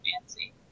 fancy